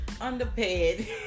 underpaid